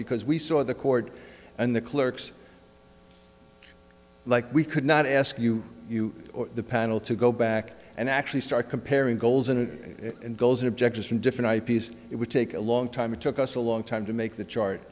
because we saw the court and the clerks like we could not ask you you or the panel to go back and actually start comparing goals and goals and objectives from different eyepieces it would take a long time it took us a long time to make the chart